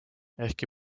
ehkki